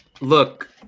look